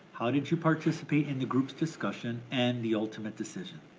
how did you participate in the group's discussion and the ultimate decision?